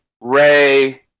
Ray